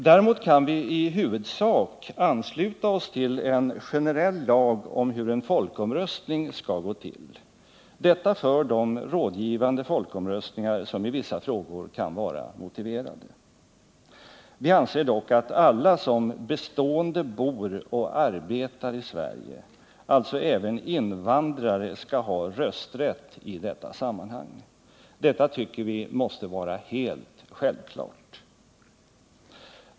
Däremot kan vi i huvudsak ansluta oss till förslaget till generell lag om hur en folkomröstning skall gå till, detta för de rådgivande folkomröstningar som i vissa frågor kan vara motiverade. Vi anser dock att alla som bestående bor och arbetar i Sverige, alltså även invandrare, skall ha rösträtt i detta sammanhang. Detta tycker vi måste vara helt självklart.